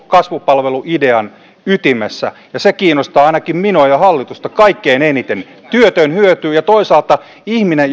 kasvupalveluidean ytimessä ja se kiinnostaa ainakin minua ja hallitusta kaikkein eniten työtön hyötyy ja toisaalta ihminen